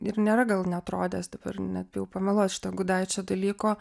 ir nėra gal neatrodęs dabar net bijau pameluot šitą gudaičio dalyko